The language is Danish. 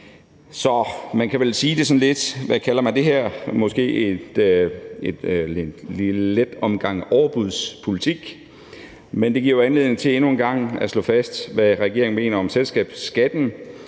Så man kan vel sige, at det her er – hvad kalder man det – en let omgang overbudspolitik, men det giver jo anledning til endnu en gang at slå fast, hvad regeringen mener om selskabsskatten,